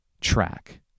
track